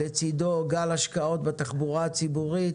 לצדו גל השקעות בתחבורה הציבורית